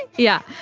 yeah.